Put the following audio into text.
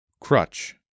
Crutch